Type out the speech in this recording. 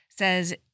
says